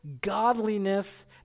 godliness